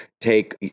take